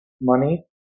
money